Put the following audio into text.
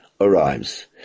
arrives